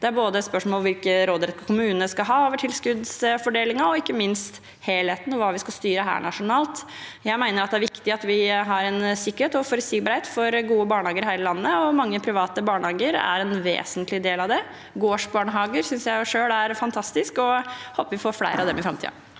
Det er både et spørsmål om hvilken råderett kommunene skal ha over tilskuddsfordelingen, og ikke minst helheten og hva vi skal styre her nasjonalt. Jeg mener det er viktig at vi har en sikkerhet og forutsigbarhet for gode barnehager i hele landet, og mange private barnehager er en vesentlig del av det. Gårdsbarnehager syns jeg selv er fantastisk, og jeg håper vi får flere av dem i framtiden.